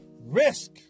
risk